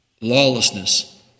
lawlessness